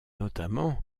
notamment